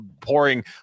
pouring